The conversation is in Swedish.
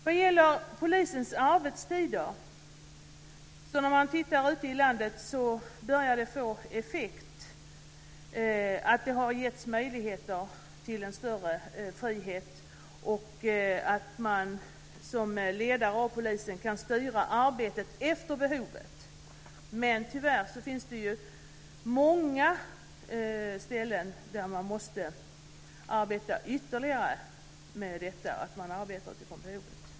Beträffande polisens arbetstider börjar det få effekt ute i landet att det har getts möjligheter till en större frihet, och polisens ledning kan styra arbetet efter behovet. Men tyvärr finns det många ställen där man måste arbeta ytterligare med att styra arbetet efter behovet.